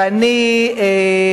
בואי אתי למשרד,